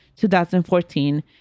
2014